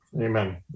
Amen